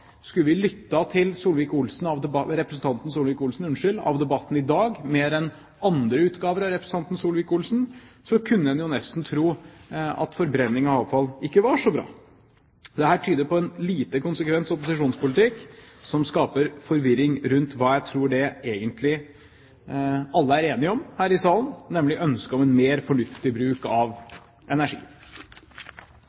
Skulle vi ha lyttet til representanten Solvik-Olsen i debatten i dag – mer enn ved andre utgaver av representanten Solvik-Olsen – kunne en nesten tro at forbrenning av avfall ikke er så bra. Dette tyder på en lite konsekvent opposisjonspolitikk som skaper forvirring rundt det jeg tror vi alle er enige om her i salen, nemlig ønsket om en mer fornuftig bruk av